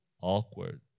Awkward